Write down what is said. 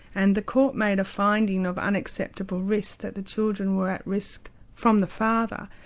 and the court made a finding of unacceptable risk, that the children were at risk from the father,